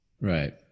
right